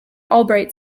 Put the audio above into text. albright